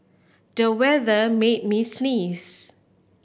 the weather made me sneeze